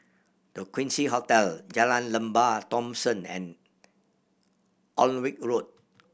The Quincy Hotel Jalan Lembah Thomson and Alnwick Road